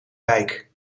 wijk